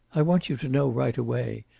i want you to know right away,